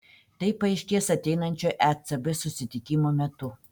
tai paaiškės ateinančio ecb susitikimo metu